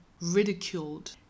ridiculed